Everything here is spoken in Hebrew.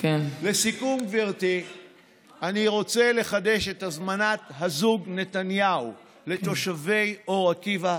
אני רוצה לחדש את הזמנת הזוג נתניהו לתושבי אור עקיבא